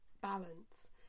balance